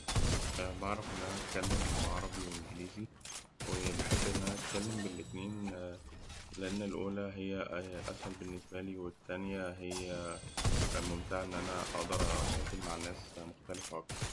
بعرف إن أنا أتكلم عربي وإنجليزي وبحب إن أنا أتكلم بالاتنين، لأن الأولى هي أسهل بالنسبة لي والتانية هي إن أنا أقدر أتواصل مع ناس مختلفة أكتر.